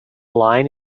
line